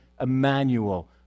Emmanuel